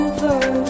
Over